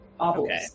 Okay